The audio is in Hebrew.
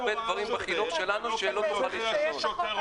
יש הרבה דברים בחינוך שלנו שלא תצליח לשנות.